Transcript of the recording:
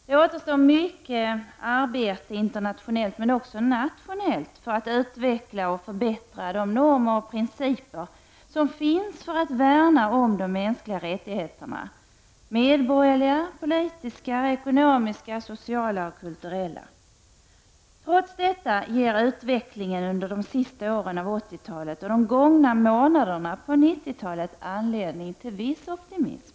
Det återstår mycket arbete internationellt men också nationellt för att utveckla och förbättra de normer och principer som finns för att värna om de mänskliga rättigheterna, såväl medborgerliga och politiska som ekonomiska, sociala och kulturella. Trots detta ger utvecklingen under de sista åren av 80-talet och de gångna månaderna under 90-talet anledning till viss optimism.